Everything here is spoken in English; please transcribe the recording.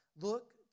Look